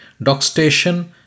Dockstation